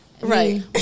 Right